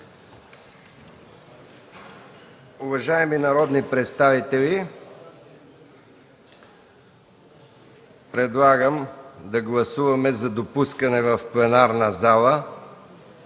Уважаеми народни представители, предлагам да гласуваме за допускане в пленарната зала